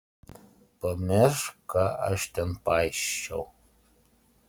pamiršk ką aš ten paisčiau